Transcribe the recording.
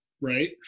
right